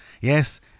Yes